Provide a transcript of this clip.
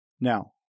Now